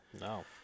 No